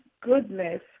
goodness